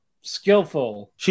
skillful